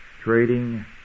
Trading